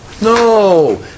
No